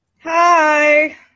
Hi